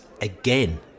again